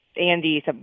Andy